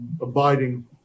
abiding